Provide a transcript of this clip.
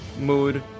mood